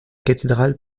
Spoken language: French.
cathédrale